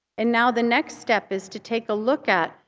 and now the next step is to take a look at,